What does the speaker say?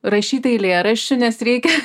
rašyti eilėraščių nes reikia